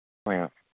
ꯍꯣꯏ ꯍꯣꯏ